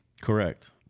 Correct